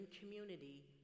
community